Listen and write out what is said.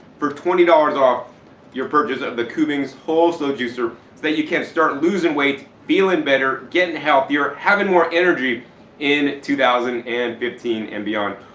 for twenty dollars off your purchase of the kuggins whole slow juicer so that you can start losing weight, feeling better, getting healthier, having more energy in two thousand and fifteen and beyond.